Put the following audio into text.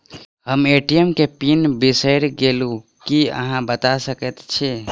हम ए.टी.एम केँ पिन बिसईर गेलू की अहाँ बता सकैत छी?